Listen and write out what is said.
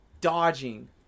dodging